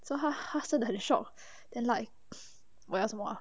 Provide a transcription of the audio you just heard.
so 她她真的很 shock then like 我要什么啊